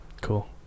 Cool